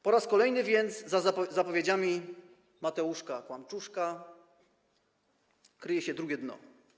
Po raz kolejny więc za zapowiedziami Mateuszka kłamczuszka kryje się drugie dno.